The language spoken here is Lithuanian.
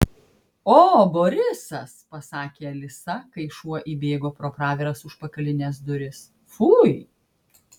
o borisas pasakė alisa kai šuo įbėgo pro praviras užpakalines duris fui